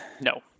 No